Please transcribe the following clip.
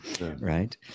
right